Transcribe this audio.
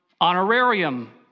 honorarium